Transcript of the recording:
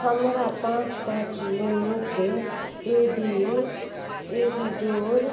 हमरा पाँच पाँच यूनिट एबी एबी जोड़